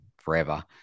forever